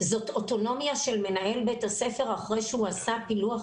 זאת אוטונומיה של מנהל בית הספר אחרי שהוא עשה פילוח